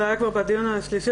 זה היה כבר בדיון השלישי,